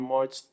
March